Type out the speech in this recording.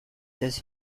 does